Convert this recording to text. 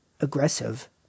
aggressive